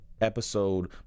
episode